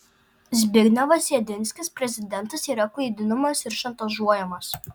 zbignevas jedinskis prezidentas yra klaidinamas ir šantažuojamas